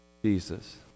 Jesus